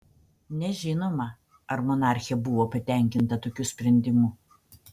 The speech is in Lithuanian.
nežinoma ar monarchė buvo patenkinta tokiu sprendimu